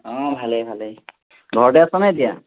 অ ভালেই ভালেই ঘৰতে আছনে এতিয়া